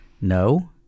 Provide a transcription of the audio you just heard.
No